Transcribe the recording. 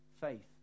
faith